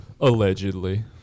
Allegedly